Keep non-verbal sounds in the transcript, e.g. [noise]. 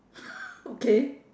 [laughs] okay